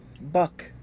Buck